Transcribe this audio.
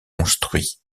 construits